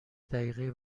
دقیقه